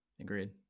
Agreed